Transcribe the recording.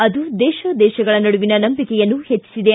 ಅದು ದೇಶ ದೇಶಗಳ ನಡುವಿನ ನಂಬಿಕೆಯನ್ನು ಹೆಚ್ಚಿಸಿದೆ